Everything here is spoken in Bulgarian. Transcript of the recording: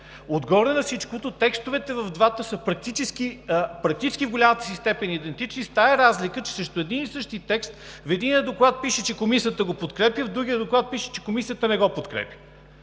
Отгоре на всичко текстовете в двата доклада са практически до голяма степен идентични, с тази разлика, че срещу един и същи текст в единия доклад пише, че Комисията го подкрепя, в другия доклад пише, че Комисията не го подкрепя.